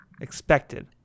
Expected